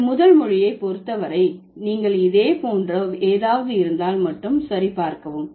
உங்கள் முதல் மொழியை பொறுத்தவரை நீங்கள் இதை போன்ற ஏதாவது இருந்தால் மட்டும் சரிபார்க்கவும்